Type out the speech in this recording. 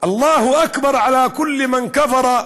אללה אכבר מעורר פחד.